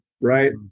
right